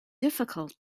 difficult